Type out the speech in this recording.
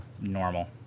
normal